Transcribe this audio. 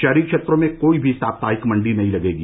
शहरी क्षेत्रों में कोई भी साप्ताहिक मण्डी नहीं लगेगी